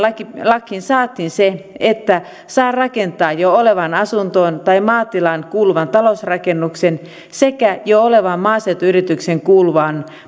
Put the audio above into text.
lakiin saatiin se että saa rakentaa jo olevaan asuntoon tai maatilaan kuuluvan talousrakennuksen sekä jo olevaan maaseutuyritykseen kuuluvan